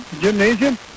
Gymnasium